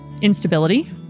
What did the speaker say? instability